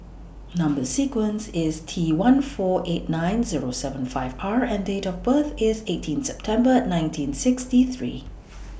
Number sequence IS T one four eight nine Zero seven five R and Date of birth IS eighteenth September nineteen sixty three